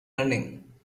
running